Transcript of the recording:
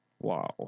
Wow